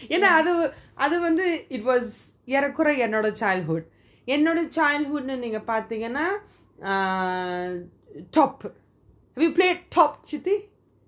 என்ன அது அது வந்து:enna athu athu vanthu it was ஏற கொறைய ஏன்:eera koraya yean childhood என்னோட:ennoda childhood னு பாத்தீங்கன்னா:nu paathingana top we played top சித்தி:chitti